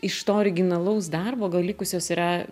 iš to originalaus darbo gal likusios yra